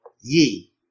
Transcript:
Ye